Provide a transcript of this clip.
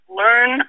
learn